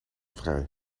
vrij